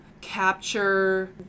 capture